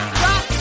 drop